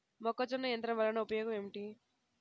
మొక్కజొన్న యంత్రం వలన ఉపయోగము ఏంటి?